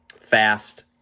fast